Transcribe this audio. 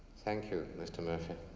thank you, mr. murphy.